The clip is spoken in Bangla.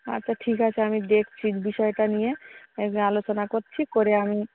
আচ্ছা ঠিক আছে আমি দেখছি বিষয়টা নিয়ে এক আলোচনা করছি করে আমি